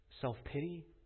Self-pity